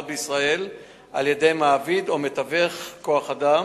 בישראל על-ידי מעביד או מתווך כוח-אדם,